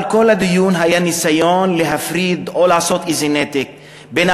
אבל כל הדיון היה ניסיון להפריד או לעשות איזה נתק בין